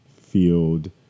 field